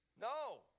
No